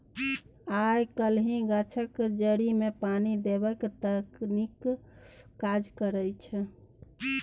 आय काल्हि गाछक जड़िमे पानि देबाक तकनीक काज करैत छै